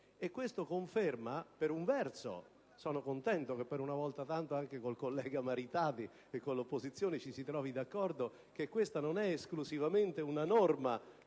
ordinamento, e per un verso sono contento che una volta tanto anche con il collega Maritati e con l'opposizione ci si trovi d'accordo sul fatto che questa non è esclusivamente una norma